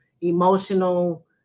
emotional